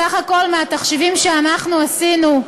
בסך הכול, מהתחשיבים שאנחנו עשינו,